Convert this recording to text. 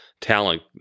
talent